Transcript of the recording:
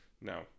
no